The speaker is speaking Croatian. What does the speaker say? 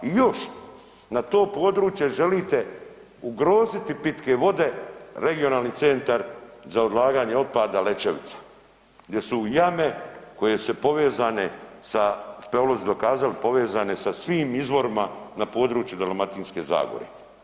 I još na to područje želite ugroziti pitke vode Regionalni centar za odlaganje otpada Lećevica gdje su jame koje su povezane sa, peolozi dokazali, povezane sa svim izvorima na području Dalmatinske zagore.